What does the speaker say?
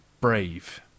brave